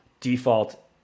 default